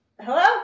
hello